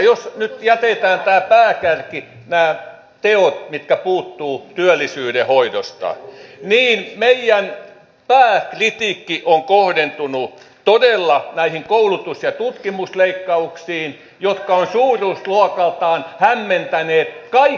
jos nyt jätetään tämä pääkärki nämä teot mitkä puuttuvat työllisyyden hoidosta niin meidän pääkritiikkimme on kohdentunut todella näihin koulutus ja tutkimusleikkauksiin jotka ovat suuruusluokaltaan hämmentäneet kaikkia asiantuntijoita